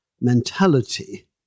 mentality